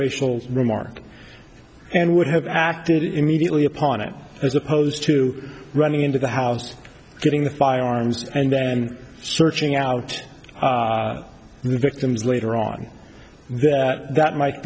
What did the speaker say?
racial remark and would have acted immediately upon it as opposed to running into the house getting the firearms and then searching out the victims later on that that might